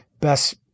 best